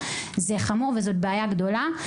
זה חמור וזה בעיה גדולה.